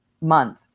month